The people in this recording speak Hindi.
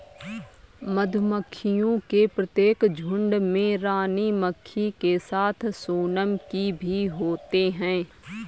मधुमक्खियों के प्रत्येक झुंड में रानी मक्खी के साथ सोनम की भी होते हैं